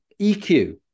eq